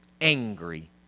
angry